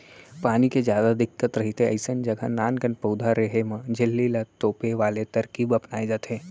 पानी के जादा दिक्कत रहिथे अइसन जघा नानकन पउधा रेहे म झिल्ली ल तोपे वाले तरकीब अपनाए जाथे